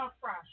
fresh